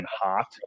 hot